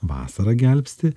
vasara gelbsti